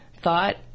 thought